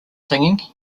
singing